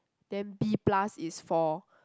then B plus is four